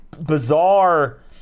bizarre